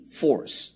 force